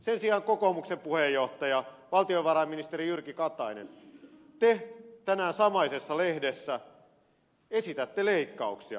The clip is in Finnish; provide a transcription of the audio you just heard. sen sijaan kokoomuksen puheenjohtaja valtiovarainministeri jyrki katainen te tänään samaisessa lehdessä esitätte leikkauksia